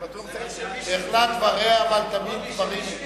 אני בטוח, צריך שמישהו ליד, לעשות סימנים.